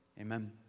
Amen